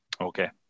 Okay